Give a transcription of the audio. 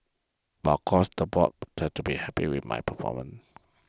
but of course the board tend to be happy with my performance